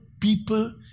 people